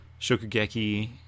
Shokugeki